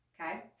okay